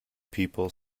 people